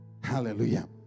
Hallelujah